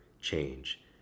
change